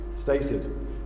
stated